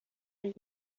and